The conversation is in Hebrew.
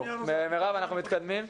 אנחנו מתקדמים.